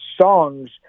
songs